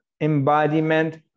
embodiment